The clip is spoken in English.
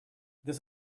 this